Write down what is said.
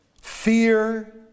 Fear